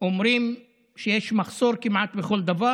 הם אומרים שיש מחסור כמעט בכל דבר.